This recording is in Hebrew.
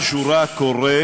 משהו רע קורה,